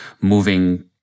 moving